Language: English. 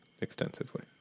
Extensively